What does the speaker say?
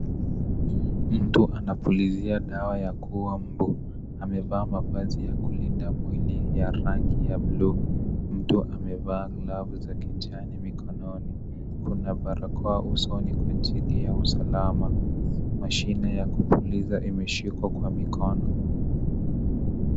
Mtu anaoulizia dawa ya kuua mbu amevaa mavazi ya kulinda mwili ya rangi ya bluu, mtu amevaa glavu za kijani mkononi kuna barakoa usoni kwa ajili ya usalama. Mashine ya kupuliza imeshikwa kwa mikono.